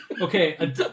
Okay